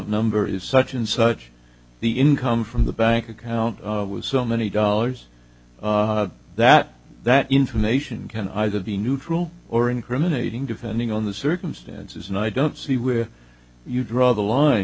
number is such and such the income from the bank account was so many dollars that that information can either be neutral or incriminating depending on the circumstances and i don't see where you draw the line